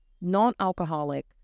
non-alcoholic